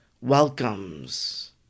welcomes